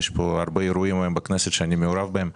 יש פה הרבה אירועים היום בכנסת שאני מעורב בהם.